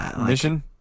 mission